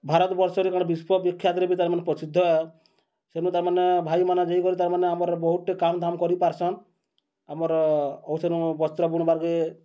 ଭାରତବର୍ଷରେ କାଣା ବିଶ୍ଵବିଖ୍ୟାତ୍ରେ ବି ତାର୍ମାନେ ପ୍ରସିଦ୍ଧ ଏ ସେନୁ ତାର୍ମାନେ ଭାଇମାନେ ଯାଇକରି ତାର୍ମାନେ ଆମର୍ ବହୁତ୍ଟେ କାମ୍ ଧାମ୍ କରିପାର୍ସନ୍ ଆମର୍ ଔଷଧ ବସ୍ତ୍ର ବୁଣ୍ବାକେ